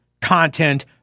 content